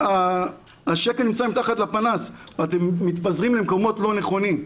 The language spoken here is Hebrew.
השקל נמצא מתחת לפנס ואתם מתפזרים למקומות לא נכונים.